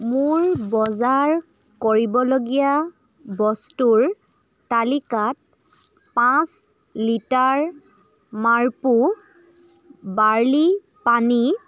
মোৰ বজাৰ কৰিবলগীয়া বস্তুৰ তালিকাত পাঁচ লিটাৰ মাপ্ৰ' বাৰ্লি পানী